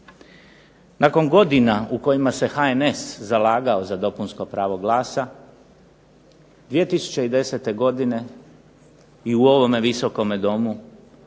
Nakon godina u kojima se HNS zalagao za dopunsko pravo glasa 2010. godine i u ovome Visokome domu